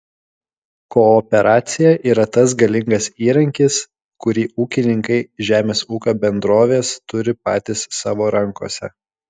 kooperacija yra tas galingas įrankis kurį ūkininkai žemės ūkio bendrovės turi patys savo rankose